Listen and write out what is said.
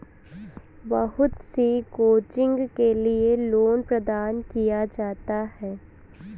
बहुत सी कोचिंग के लिये लोन प्रदान किया जाता है